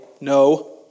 no